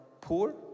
poor